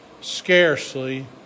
scarcely